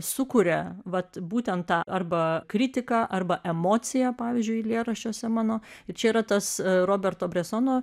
sukuria vat būtent tą arba kritiką arba emociją pavyzdžiui eilėraščiuose mano ir čia yra tas roberto bresono